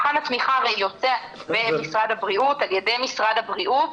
מבחן התמיכה הרי יוצא על ידי משרד הבריאות